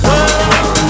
World